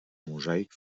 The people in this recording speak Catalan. mosaic